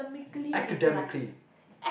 academically